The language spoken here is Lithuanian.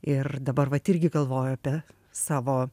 ir dabar vat irgi galvoju apie savo